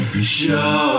Show